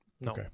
No